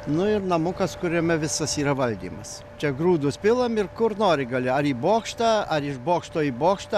nu ir namukas kuriame visas yra valdymas čia grūdus pilam ir kur nori gali ar į bokštą ar iš bokšto į bokštą